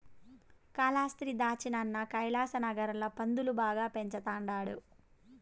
కాలాస్త్రి దచ్చినాన కైలాసనగర్ ల పందులు బాగా పెంచతండారు